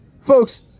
Folks